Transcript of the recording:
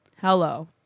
Hello